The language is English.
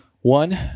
one